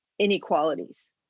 inequalities